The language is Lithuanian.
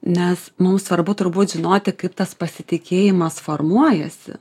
nes mums svarbu turbūt žinoti kaip tas pasitikėjimas formuojasi